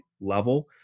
level